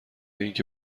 اینکه